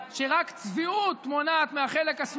על סמך אותו חוק גזעני שרק צביעות מונעת